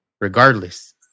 regardless